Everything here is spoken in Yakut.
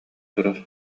турар